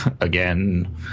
again